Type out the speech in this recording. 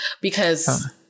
because-